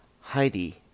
Heidi